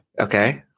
Okay